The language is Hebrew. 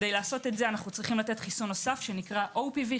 כדי לעשות את זה אנחנו צריכים לתת חיסון נוסף שנקרא OPV,